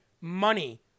money